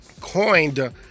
coined